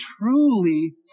truly